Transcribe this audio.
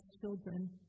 children